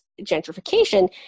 gentrification